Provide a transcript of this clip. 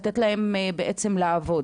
לעבוד?